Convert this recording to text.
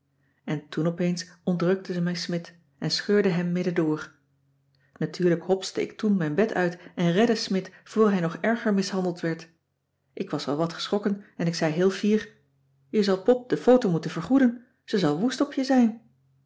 en toen opeens ontrukte ze mij smidt en scheurde hem middendoor natuurlijk hopste ik toen mijn bed uit en redde smidt voor hij nog erger mishandeld werd ik was wel wat geschrokken en ik zei heel fier je zal pop de foto moeten vergoeden ze zal woest op je zijn